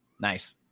Nice